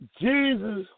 Jesus